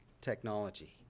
technology